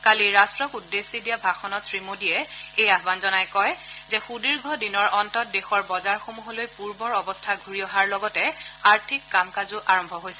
কালি ৰাট্টক উদ্দেশ্যি দিয়া ভাষণত শ্ৰীমোদীয়ে এই আহান জনাই কয় যে সুদীৰ্ঘ দিনৰ অন্তত দেশৰ বজাৰসমূহলৈ পূৰ্বৰ অৱস্থা ঘূৰি অহাৰ লগতে আৰ্থিক কাম কাজো আৰম্ভ হৈছে